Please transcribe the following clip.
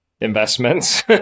investments